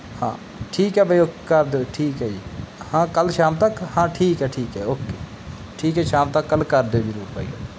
ਹਾਂ ਠੀਕ ਹੈ ਬਾਈ ਓ ਕਰ ਦਿਓ ਠੀਕ ਹੈ ਜੀ ਹਾਂ ਕੱਲ੍ਹ ਸ਼ਾਮ ਤੱਕ ਹਾਂ ਠੀਕ ਹੈ ਠੀਕ ਹੈ ਓਕੇ ਠੀਕ ਹੈ ਸ਼ਾਮ ਤੱਕ ਕੱਲ੍ਹ ਕਰ ਦਿਓ ਜ਼ਰੂਰ ਬਾਈ